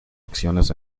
acciones